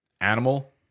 Animal